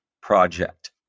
project